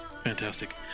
Fantastic